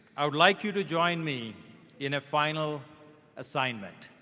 i would like you to join me in a final assignment.